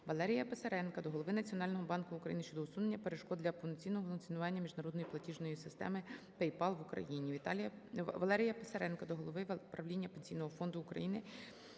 Валерія Писаренка до Голови Національного банку України щодо усунення перешкод для повноцінного функціонування міжнародної платіжної системи PayPal в Україні. Валерія Писаренка до голови правління Пенсійного фонду України